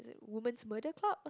women's murder talk